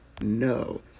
No